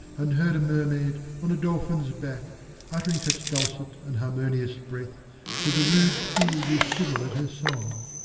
and heard a mermaid on a dolphin's back uttering such dulcet and harmonious breath that the rude sea grew civil at her song,